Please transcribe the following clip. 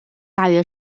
大约